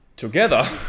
together